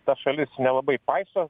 ta šalis nelabai paiso